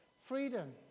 freedom